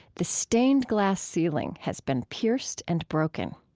the stained glass ceiling has been pierced and broken.